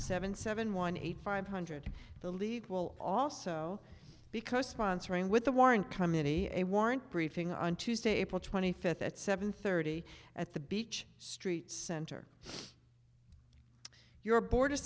seven seven one eight five hundred the league will also because sponsoring with a warrant come in he a warrant briefing on tuesday april twenty fifth at seven thirty at the beach street center your board